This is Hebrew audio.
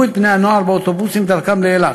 את בני-הנוער באוטובוסים בדרכם לאילת.